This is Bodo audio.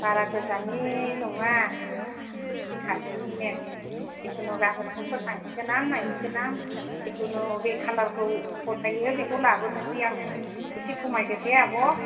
बारा गोजाननि नङा एसे खाथिनिनो जिखुनु गाबोन समफोर थांसिगोन आं नायसिगोन आं जिखुनु बबे खालारखौ फसायो बेखौ लाबोनोसै आङो एसे खमायदो दे आब'